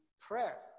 prayer